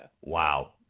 Wow